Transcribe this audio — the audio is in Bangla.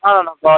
না না না পাওয়া